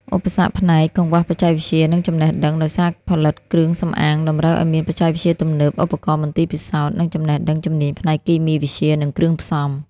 ឧបសគ្គផ្នែកកង្វះបច្ចេកវិទ្យា និងចំណេះដឹង ដោយការផលិតគ្រឿងសម្អាងតម្រូវឱ្យមានបច្ចេកវិទ្យាទំនើប ឧបករណ៍មន្ទីរពិសោធន៍ និងចំណេះដឹងជំនាញផ្នែកគីមីវិទ្យា និងគ្រឿងផ្សំ។